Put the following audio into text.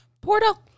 Portal